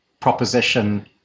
proposition